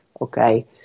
okay